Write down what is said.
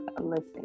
listen